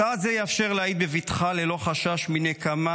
צעד זה יאפשר להעיד בבטחה ללא חשש מנקמה